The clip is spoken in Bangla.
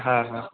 হ্যাঁ হ্যাঁ